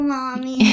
Mommy